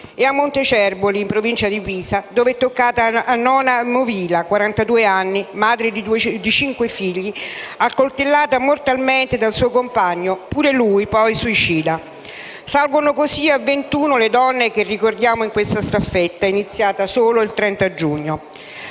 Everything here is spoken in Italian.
e a Montecerboli, in provincia di Pisa, dove è toccato a Nona Movila, 42 anni, madre di cinque figli, accoltellata mortalmente dal suo compagno, pure lui poi suicida. Salgono così a 21 le donne che ricordiamo in questa staffetta, iniziata solo il 30 giugno.